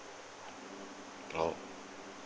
oh